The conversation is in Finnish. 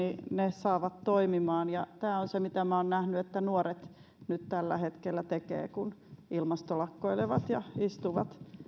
saavat toimimaan tämä on se mitä olen nähnyt että nuoret nyt tällä hetkellä tekevät kun he ilmastolakkoilevat ja istuvat